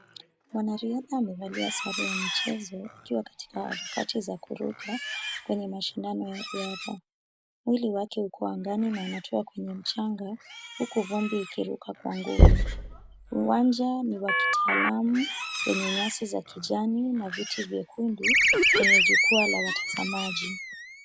Mwanariadha amevalia sare ya michezo akiwa katika harakati za kuruka kwenye mashindano ya riadha. Mwili wake uko angani na anatua kwenye mchanga huku vumbi ikiruka kwa nguvu. Uwanja ni wa kitaalamu wenye nyasi za kijani na viti vyekundu kwenye jukwaa la watazamaji.